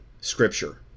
scripture